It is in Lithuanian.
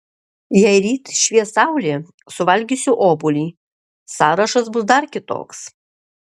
jei ryt švies saulė suvalgysiu obuolį sąrašas bus dar kitoks